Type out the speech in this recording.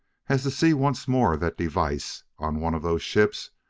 as to see once more that device on one of those ships,